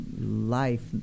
life